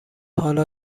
حالا